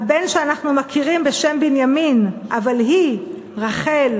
הבן שאנחנו מכירים בשם בנימין, אבל היא, רחל,